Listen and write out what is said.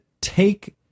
take